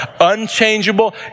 unchangeable